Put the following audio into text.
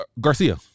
Garcia